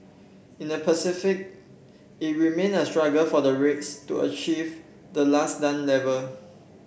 in the Pacific it remained a struggle for the rates to achieve the last done level